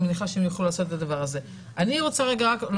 אני מניחה שהם יוכלו לעשות את הדבר הזה.